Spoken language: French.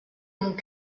mon